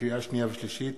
לקריאה שנייה ולקריאה שלישית: